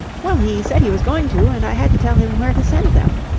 well, he said he was going to, and i had to tell him where to send them.